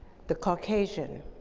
the caucasian,